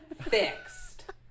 fixed